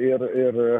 ir ir